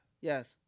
Yes